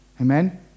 Amen